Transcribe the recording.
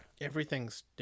Everything's